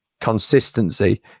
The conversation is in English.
consistency